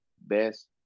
best